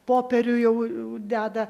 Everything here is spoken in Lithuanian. popierių jau deda